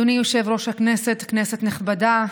אדוני היושב-ראש, כנסת נכבדה,